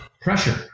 pressure